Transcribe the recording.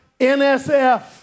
NSF